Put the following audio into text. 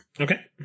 Okay